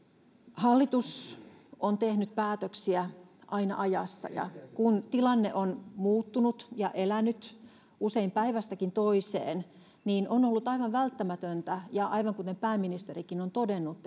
hallitus on tehnyt päätöksiä aina ajassa ja kun tilanne on muuttunut ja elänyt usein päivästäkin toiseen niin on ollut aivan välttämätöntä aivan kuten pääministerikin on todennut